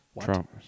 Trump